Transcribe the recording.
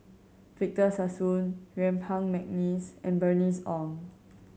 Victor Sassoon Yuen Peng McNeice and Bernice Ong